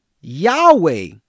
Yahweh